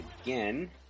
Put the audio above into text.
again